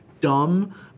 dumb